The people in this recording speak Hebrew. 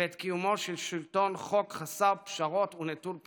ואת קיומו של שלטון חוק חסר פשרות ונטול פניות.